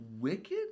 wicked